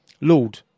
Lord